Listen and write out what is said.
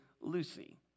Lucy